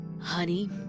Honey